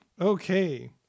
Okay